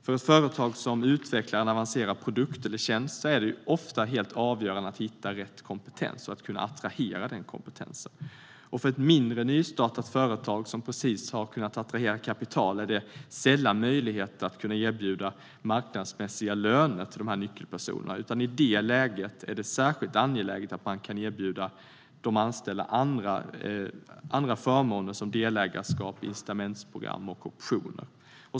För ett företag som utvecklar en avancerad produkt eller tjänst är det ofta helt avgörande att hitta rätt kompetens och kunna attrahera den kompetensen. För ett mindre nystartat företag som precis har kunnat attrahera kapital finns det sällan möjlighet att erbjuda marknadsmässiga löner till de nyckelpersonerna.I det läget är det särskilt angeläget att det kan erbjuda de anställda andra förmåner som delägarskap, incitamentsprogram och optioner.